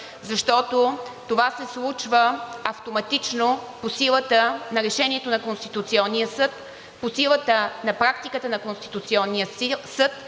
защото това се случва автоматично по силата на Решението на Конституционния съд, по силата на практиката на Конституционния съд,